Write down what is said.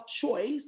choice